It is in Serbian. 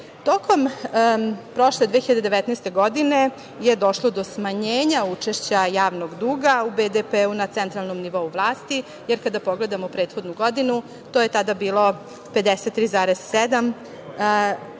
BDP.Tokom prošle 2019. godine je došlo do smanjenja učešća javnog duga u BDP na centralnom nivou vlasti, jer kada pogledamo prethodnu godinu to je tada bilo 53,7,